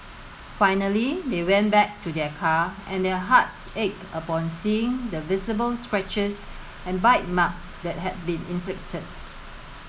finally they went back to their car and their hearts ached upon seeing the visible scratches and bite marks that had been inflicted